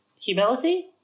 humility